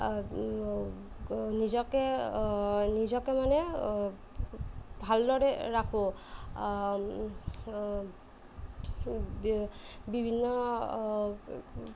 নিজকে নিজকে মানে ভালদৰে ৰাখোঁ বিভিন্ন